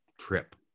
trip